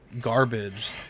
garbage